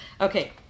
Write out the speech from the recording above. okay